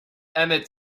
emmett